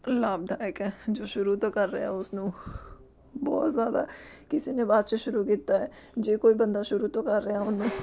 ਲਾਭਦਾਇਕ ਹੈ ਜੋ ਸ਼ੁਰੂ ਤੋਂ ਕਰ ਰਿਹਾ ਉਸ ਨੂੰ ਬਹੁਤ ਜ਼ਿਆਦਾ ਕਿਸੇ ਨੇ ਬਾਅਦ ਚੋਂ ਸ਼ੁਰੂ ਕੀਤਾ ਹੈ ਜੇ ਕੋਈ ਬੰਦਾ ਸ਼ੁਰੂ ਤੋਂ ਕਰ ਰਿਹਾ ਉਹਨੂੰ